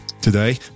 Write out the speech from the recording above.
today